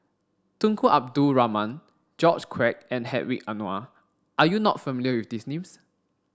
Tunku Abdul Rahman George Quek and Hedwig Anuar are you not familiar with these names